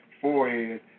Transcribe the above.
forehead